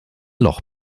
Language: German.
loch